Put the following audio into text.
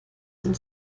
dem